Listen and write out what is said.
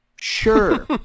Sure